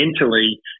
mentally